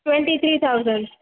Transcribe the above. twenty three thousand